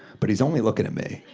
but he's only looking at me.